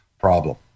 problem